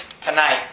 tonight